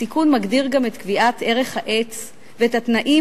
התיקון מגדיר גם את קביעת ערך העץ ואת התנאים